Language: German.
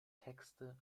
texte